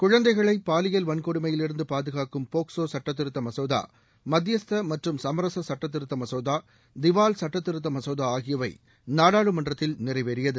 குழந்தைகளை பாலியல் வன்கொடுமையிலிருந்து பாதுகாக்கும் போக்ஸோ சுட்டத்திருத்த மசோதா மத்தியஸ்த மற்றும் சமரச சுட்டதிருத்த மசோதா திவால் சட்டத்திருத்த மசோதா ஆகியவை நாடாளுமன்றத்தில் நிறைவேறியது